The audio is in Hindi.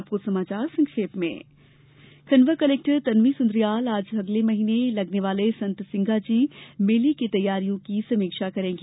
अब कुछ समाचार संक्षेप में खंडवा कलेक्टर तन्वी सुन्द्रियाल आज अगले महीने लगने वाले संत सिंगाजी मेले की तैयारियों की समीक्षा करेंगी